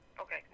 Okay